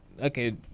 okay